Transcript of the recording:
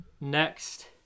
Next